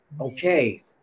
okay